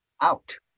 out